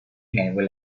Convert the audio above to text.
naval